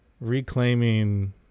reclaiming